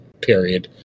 period